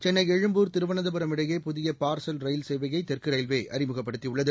சென்னை எழும்பூர் திருவனந்தபுரம் இடையே புதிய பார்சல் ரயில் சேவையை தெற்கு ரயில்வே அறிமுகப்படுத்தியுள்ளது